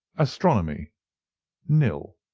astronomy nil.